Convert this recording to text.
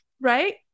right